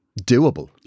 doable